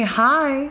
hi